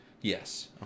yes